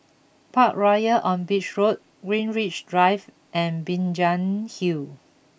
Parkroyal on Beach Road Greenwich Drive and Binjai Hill